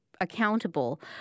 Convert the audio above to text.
accountable